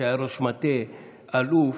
שהיה ראש מטה אלוף,